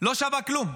לא שווה כלום?